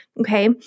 okay